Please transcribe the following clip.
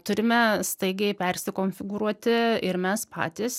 turime staigiai persikonfigūruoti ir mes patys